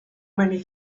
many